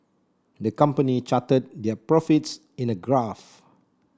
the company charted their profits in a graph